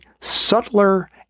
subtler